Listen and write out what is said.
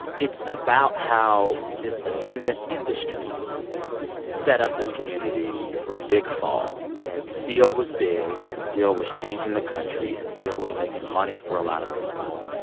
it's about how this ascendant industry set up this community for a big fall. and steel was big, and steel was changing the country, and steel was making money for a lot of people.